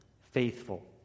faithful